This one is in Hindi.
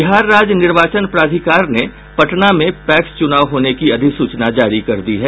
बिहार राज्य निर्वाचन प्राधिकार ने पटना में पैक्स चुनाव होने की अधिसूचना जारी कर दी है